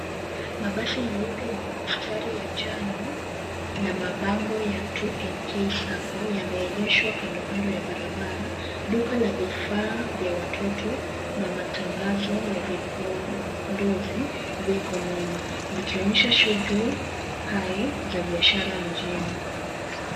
Mabasi meupe yenye mistari ya njano na mabango ya 2NK SACCO yameegeshwa kando kando ya barabara. Duka la vifaa vya watoto na matangazo ya vipondozi viko nyuma vikionyesha shughuli hai za biashara mjini.